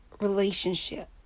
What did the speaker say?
relationship